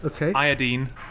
iodine